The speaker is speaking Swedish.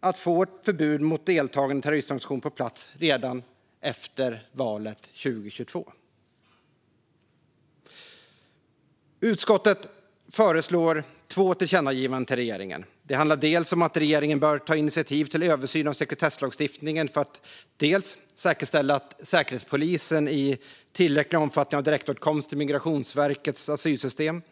att få ett förbud mot deltagande i terroristorganisation på plats redan efter valet 2022. Utskottet föreslår två tillkännagivanden till regeringen. Det handlar om att regeringen bör ta initiativ till en översyn av sekretesslagstiftningen för att säkerställa att Säkerhetspolisen i tillräcklig omfattning har direktåtkomst till Migrationsverkets asylsystem.